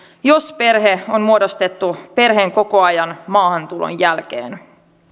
jos perhe on muodostettu perheenkokoajan maahantulon jälkeen